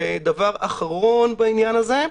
ודבר אחרון בעניין הזה,